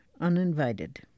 uninvited